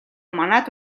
манайд